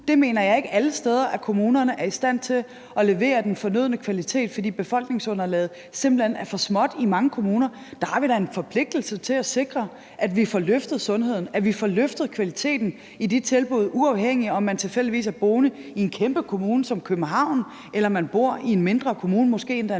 Der mener jeg ikke, at kommunerne alle steder er i stand til at levere den fornødne kvalitet, fordi befolkningsunderlaget simpelt hen er for småt i mange kommuner. Der har vi da en forpligtelse til at sikre, at vi får løftet sundheden, at vi får løftet kvaliteten i de tilbud, uafhængigt af om man tilfældigvis er boende i en kæmpe kommune som København eller man bor i en mindre kommune, måske endda